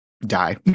die